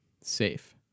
safe